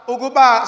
Uguba